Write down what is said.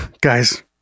guys